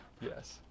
yes